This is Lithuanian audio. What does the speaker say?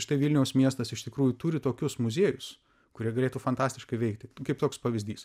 štai vilniaus miestas iš tikrųjų turi tokius muziejus kurie galėtų fantastiškai veikti kaip toks pavyzdys